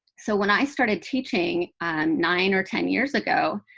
so when i started teaching nine or ten years ago,